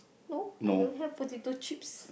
no I don't have potato chips